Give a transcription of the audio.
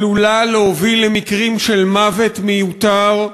ועלולה להוביל למקרים של מוות מיותר,